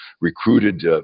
recruited